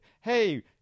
Hey